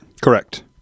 Correct